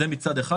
זה מצד אחד,